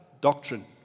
doctrine